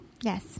Yes